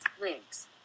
Links